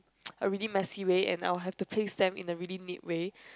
a really messy way and I'll have to place them in a really neat way